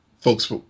folks